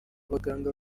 baganga